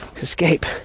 escape